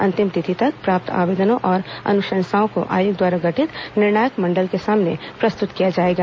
अंतिम तिथि तक प्राप्त आवेदनों और अनुशंसाओं को आयोग द्वारा गठित निर्णायक मण्डल के सामने प्रस्तुत किया जाएगा